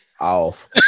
off